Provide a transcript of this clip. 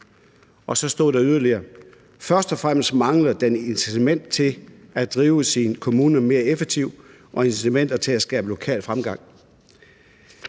Så stod der yderligere: »Først og fremmest mangler der incitamenter til at drive sin kommune mere effektivt og incitamenter til at skabe lokal fremgang«.